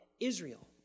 Israel